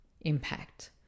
impact